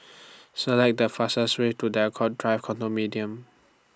Select The fastest Way to Draycott Drive Condominium